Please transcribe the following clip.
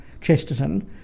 Chesterton